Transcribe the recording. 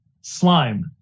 slime